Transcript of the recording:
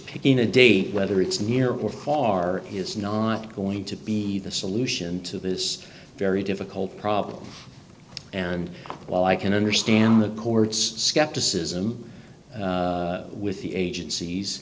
picking a date whether it's near or far is not going to be the solution to this very difficult problem and while i can understand the court's skepticism with the agencies